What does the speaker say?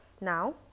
now